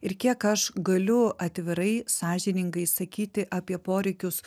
ir kiek aš galiu atvirai sąžiningai sakyti apie poreikius